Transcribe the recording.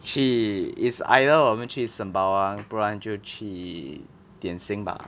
去 is either 我们去 sembawang 不然就去点心 bah